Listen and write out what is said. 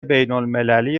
بینالمللی